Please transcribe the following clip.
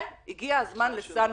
כן, הגיע הזמן לסנקציות.